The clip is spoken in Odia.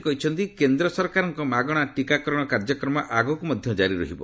ସେ କହିଛନ୍ତି କେନ୍ଦ୍ର ସରକାରଙ୍କ ମାଗଣା ଟିକାକରଣ କାର୍ଯ୍ୟକ୍ରମ ଆଗକ୍ ମଧ୍ୟ ଜାରି ରହିବ